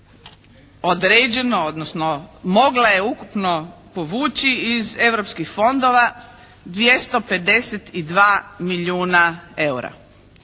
određeno, odnosno mogla je ukupno povući iz europskim fondova 252 milijuna eura.